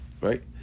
right